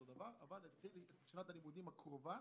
ויתחיל את שנת הלימודים הקרובה